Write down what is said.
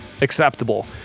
acceptable